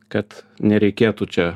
kad nereikėtų čia